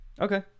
Okay